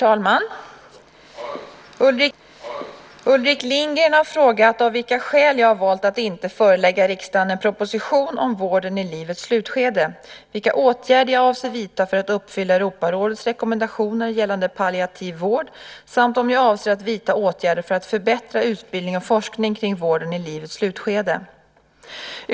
Herr! Ulrik Lindgren har frågat av vilka skäl jag har valt att inte förelägga riksdagen en proposition om vården i livets slutskede, vilka åtgärder jag avser att vidta för att uppfylla Europarådets rekommendationer gällande palliativ vård samt om jag avser att vidta åtgärder för att förbättra utbildning och forskning kring vården i livets slutskede.